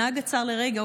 הנהג עצר לרגע,